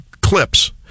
clips